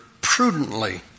prudently